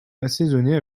assaisonner